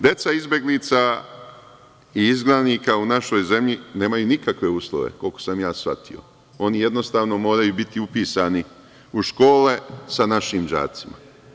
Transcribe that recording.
Deca izbeglica i izgnanika nemaju nikakve uslove, koliko sam shvatio, oni jednostavno moraju biti upisani u škole sa našim đacima.